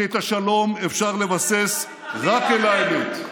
כי את השלום אפשר לבסס רק על האמת,